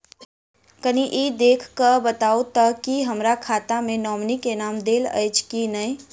कनि ई देख कऽ बताऊ तऽ की हमरा खाता मे नॉमनी केँ नाम देल अछि की नहि?